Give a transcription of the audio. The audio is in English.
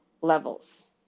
levels